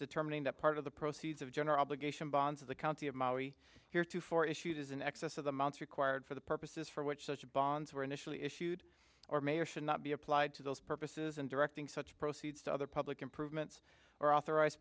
determining that part of the proceeds of general bonds of the county of here to four issues in excess of the months required for the purposes for which such bonds were initially issued or may or should not be applied to those purposes and directing such proceeds to other public improvements or authorized